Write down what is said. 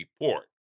report